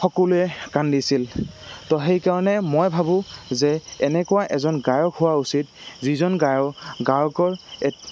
সকলোৱে কান্দিছিল তো সেইকাৰণে মই ভাবোঁ যে এনেকুৱা এজন গায়ক হোৱা উচিত যিজন গায়ক গায়কৰ